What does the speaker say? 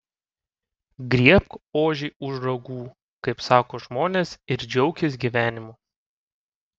griebk ožį už ragų kaip sako žmonės ir džiaukis gyvenimu